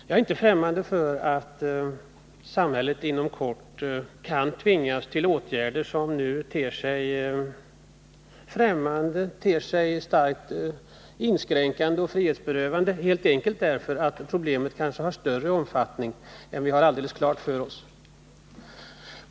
Jag bortser inte från att samhället inom kort kan tvingas till åtgärder som nu ter sig främmande, starkt inskränkande och frihetsberövande, helt enkelt därför att problemet kanske har en större omfattning än vi har alldeles klart för oss.